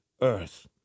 Earth